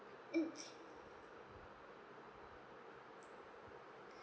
mm